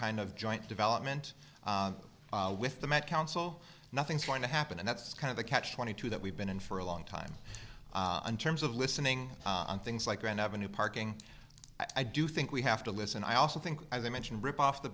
kind of joint development with the met council nothing's going to happen and that's kind of a catch twenty two that we've been in for a long time on terms of listening on things like grand avenue parking i do think we have to listen i also think as i mentioned rip off the